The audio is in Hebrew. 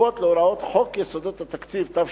כפופות להוראות חוק יסודות התקציב, התשמ"